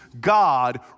God